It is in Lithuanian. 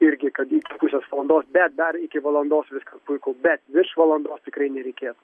irgi kad iki pusės valandos bet dar iki valandos viskas puiku bet virš valandos tikrai nereikėtų